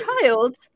child